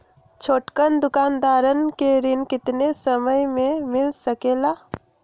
छोटकन दुकानदार के ऋण कितने समय मे मिल सकेला?